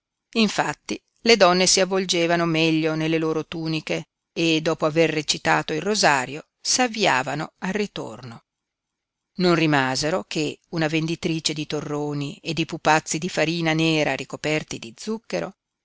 infatti le donne si avvolgevano meglio nelle loro tuniche e dopo aver recitato il rosario s'avviavano al ritorno non rimasero che una venditrice di torroni e di pupazzi di farina nera ricoperti di zucchero